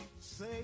Say